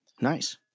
Nice